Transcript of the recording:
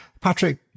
Patrick